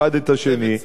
צוות שרים להתיישבות,